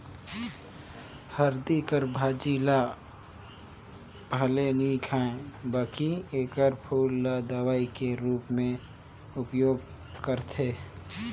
हरदी कर भाजी ल भले नी खांए बकि एकर फूल ल दवई कर रूप में उपयोग करथे